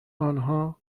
آنها